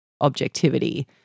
objectivity